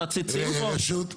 אנחנו עציצים פה?